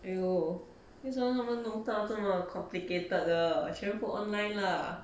!aiyo! 为什么他们弄到这么 complicated 的全部 online lah